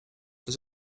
does